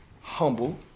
Humble